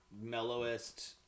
mellowest